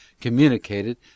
communicated